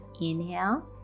Inhale